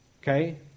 Okay